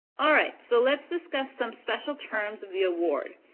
all right. so, let's discuss some special terms of the award.